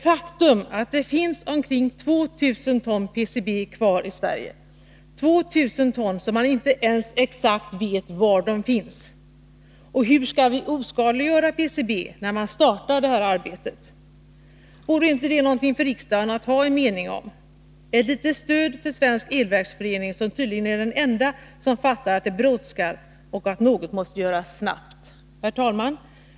Faktum är att det finns omkring 2 000 ton PCB kvar i Sverige, 2 000 ton som man inte ens exakt vet var de finns. Hur skall vi oskadliggöra PCB, när man startar det här arbetet? Vore inte detta något för riksdagen att ha en mening om? Det kunde vara ett litet stöd för Svenska elverksföreningen, som tydligen är den enda som fattar att det brådskar och att något måste göras snabbt. Herr talman!